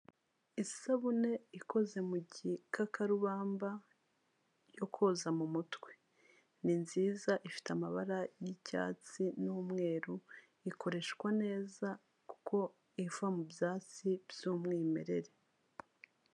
Isabune ikoze mu gikakarubamba, yo koza mu mutwe, ni nziza ifite amabara y'icyatsi n'umweru, ikoreshwa neza kuko iva mu byatsi by'umwimerere.